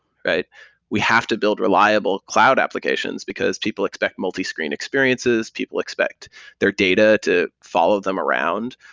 but we have to build reliable cloud applications, because people expect multiscreen experiences. people expect their data to follow them around.